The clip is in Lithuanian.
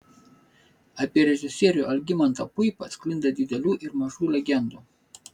apie režisierių algimantą puipą sklinda didelių ir mažų legendų